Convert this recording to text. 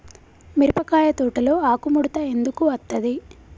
మిరపకాయ తోటలో ఆకు ముడత ఎందుకు అత్తది?